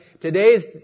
today's